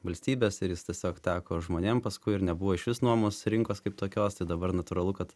valstybės ir jis tiesiog teko žmonėm paskui ir nebuvo išvis nuomos rinkos kaip tokios tai dabar natūralu kad